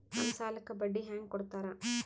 ನಮ್ ಸಾಲಕ್ ಬಡ್ಡಿ ಹ್ಯಾಂಗ ಕೊಡ್ತಾರ?